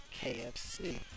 KFC